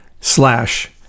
slash